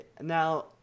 Now